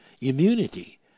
immunity